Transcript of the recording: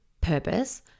purpose